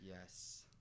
Yes